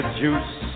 juice